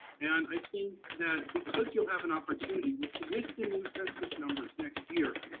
and i think that because you'll have an opportunity with with the new census numbers next year,